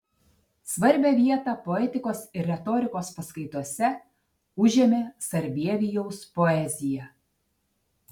svarbią vietą poetikos ir retorikos paskaitose užėmė sarbievijaus poezija